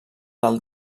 del